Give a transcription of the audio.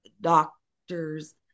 doctors